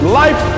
life